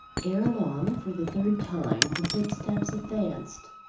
ere long, for the third time, the footsteps advanced,